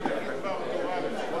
אז תגיד דבר תורה שנצא,